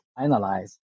analyze